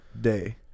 day